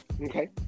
Okay